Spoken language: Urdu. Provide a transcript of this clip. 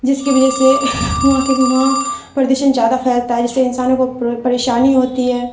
جس کی وجہ سے وہاں کے وہاں پردوشن زیادہ پھیلتا ہے جس سے انسانوں کو پریشانی ہوتی ہے